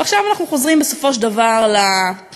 ועכשיו אנחנו חוזרים בסופו של דבר למציאות.